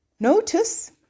Notice